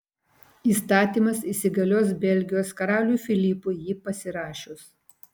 įstatymas įsigalios belgijos karaliui filipui jį pasirašius